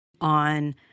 on